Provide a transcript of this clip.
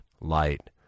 light